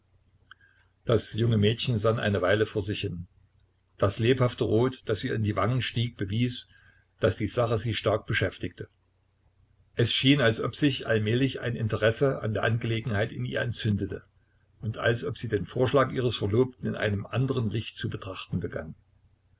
das junge mädchen sann eine weile vor sich hin das lebhafte rot das ihr in die wangen stieg bewies daß die sache sie stark beschäftigte es schien als ob sich allmählich ein interesse an der angelegenheit in ihr entzündete und als ob sie den vorschlag ihres verlobten in einem anderen licht zu betrachten begann